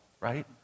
right